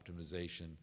optimization